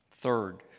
Third